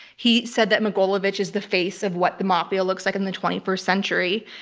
he said that mogilevich is the face of what the mafia looks like in the twenty first century,